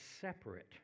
separate